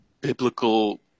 biblical